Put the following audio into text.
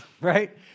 right